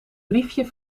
briefje